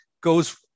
goes